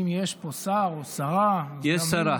אם יש פה שר או שרה, יש שרה.